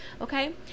Okay